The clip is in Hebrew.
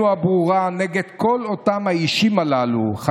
הברורה נגד כל חדלי האישים הללו.